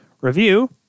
review